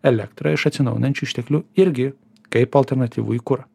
elektrą iš atsinaujinančių išteklių irgi kaip alternatyvųjį kurą